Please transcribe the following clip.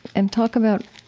and talk about